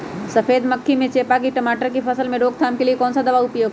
सफेद मक्खी व चेपा की टमाटर की फसल में रोकथाम के लिए कौन सा दवा उपयुक्त है?